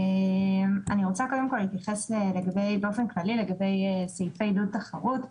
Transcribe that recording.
אני רוצה קודם כל להתייחס באופן כללי לגבי סעיפי עידוד תחרות.